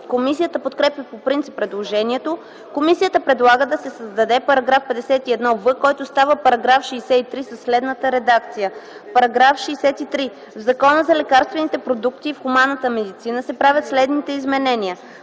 Комисията подкрепя по принцип предложението. Комисията предлага да се създаде § 51в, който става § 63 със следната редакция: „§ 63. В Закона за лекарствените продукти в хуманната медицина се правят следните изменения: